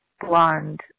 blonde